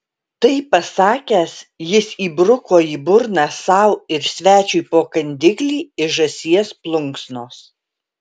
tai pasakęs jis įbruko į burną sau ir svečiui po kandiklį iš žąsies plunksnos